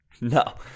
No